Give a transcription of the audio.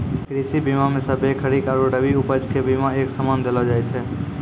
कृषि बीमा मे सभ्भे खरीक आरु रवि उपज के बिमा एक समान देलो जाय छै